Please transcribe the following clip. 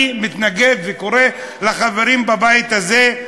אני מתנגד וקורא לחברים בבית הזה: